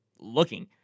looking